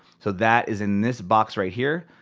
so that is in this box right here.